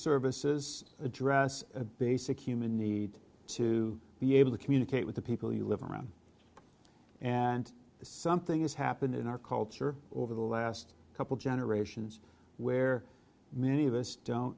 services address a basic human need to be able to communicate with the people you live around and something has happened in our culture over the last couple generations where many of us don't